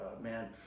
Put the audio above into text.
man